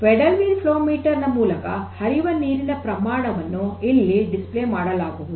paddle wheel flow meter ನ ಮೂಲಕ ಹರಿಯುವ ನೀರಿನ ಪ್ರಮಾಣವನ್ನು ಇಲ್ಲಿ ಪ್ರದರ್ಶನ ಮಾಡಲಾಗುವುದು